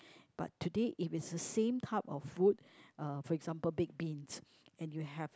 but today if it's a same type of food uh for example baked beans and you have